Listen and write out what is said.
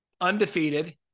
undefeated